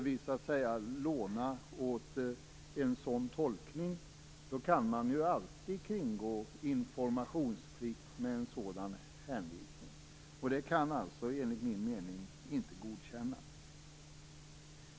Om vi lånar oss åt en sådan tolkning kan vi alltid kringgå informationsplikten med en sådan hänvisning. Det kan alltså inte godkännas, enligt min mening.